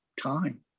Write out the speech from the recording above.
time